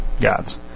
gods